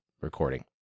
recording